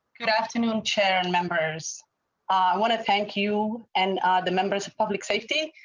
good afternoon chair and members i want to thank you and the members public safety.